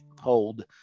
hold